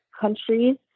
countries